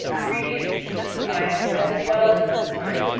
previous to this time, as well as this time,